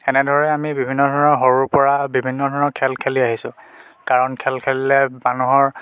এনেদৰে আমি বিভিন্ন ধৰণৰ সৰুৰপৰা বিভিন্ন ধৰণৰ খেল খেলি আহিছোঁ কাৰণ খেল খেলিলে মানুহৰ